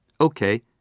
Okay